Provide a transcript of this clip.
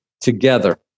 together